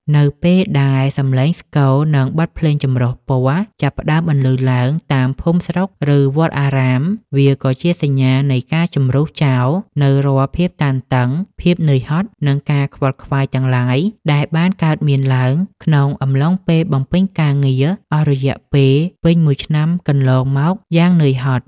នៅពេលដែលសម្លេងស្គរ និងបទភ្លេងចម្រុះពណ៌ចាប់ផ្តើមបន្លឺឡើងតាមភូមិស្រុក ឬវត្តអារាម វាក៏ជាសញ្ញានៃការជម្រុះចោលនូវរាល់ភាពតានតឹង ភាពហត់នឿយ និងការខ្វាយខ្វល់ទាំងឡាយដែលបានកើតមានឡើងក្នុងអំឡុងពេលបំពេញការងារអស់រយៈពេលពេញមួយឆ្នាំកន្លងមកយ៉ាងនឿយហត់។